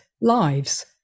lives